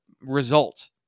result